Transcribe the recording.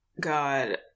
God